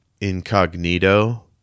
incognito